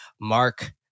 Mark